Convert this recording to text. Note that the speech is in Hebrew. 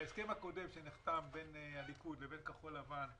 ההסכם הקודם שנחתם בין הליכוד לבין כחול לבן,